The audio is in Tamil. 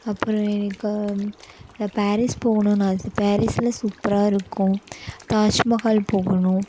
அப்புறம் எனக்கு பேரிஸ் போகணும்னு ஆசை பேரிஸில் சூப்பராக இருக்கும் தாஜ்மஹால் போகணும்